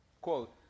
Quote